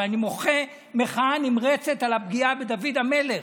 אני מוחה מחאה נמרצת על הפגיעה בדוד המלך,